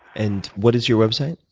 and what is your website?